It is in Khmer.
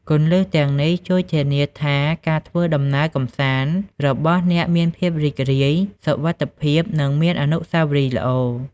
គន្លឹះទាំងនេះជួយធានាថាការធ្វើដំណើរកម្សាន្តរបស់អ្នកមានភាពរីករាយ សុវត្ថិភាព និងមានអនុស្សាវរីយ៍ល្អ។